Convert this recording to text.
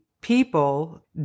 people